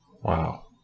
Wow